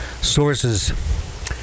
sources